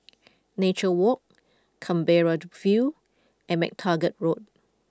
Nature Walk Canberra the View and MacTaggart Road